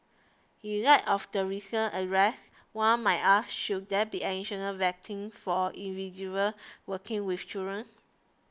in light of the recent arrest one might ask should there be additional vetting for individuals working with children